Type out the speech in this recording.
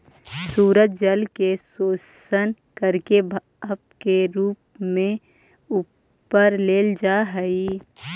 सूरज जल के शोषण करके भाप के रूप में ऊपर ले जा हई